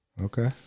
Okay